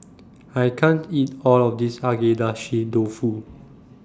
I can't eat All of This Agedashi Dofu